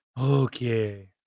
okay